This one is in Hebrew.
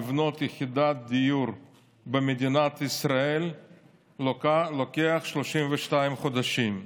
לבנות יחידת דיור במדינת ישראל לוקח 32 חודשים.